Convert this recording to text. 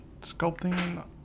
sculpting